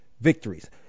victories